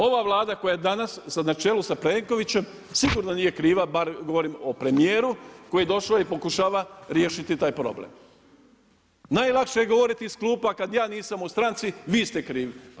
Ova Vlada koja je danas na čelu sa Plenkovićem sigurno nije kriva, bar govorim o premijeru koji je došao i pokušava riješiti taj problem. najlakše je govoriti iz klupa kad ja nisam u stranci vi ste krivi.